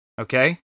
Okay